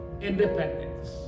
independence